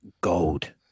gold